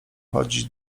chodzić